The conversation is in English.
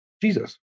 Jesus